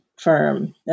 firm